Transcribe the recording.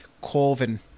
Colvin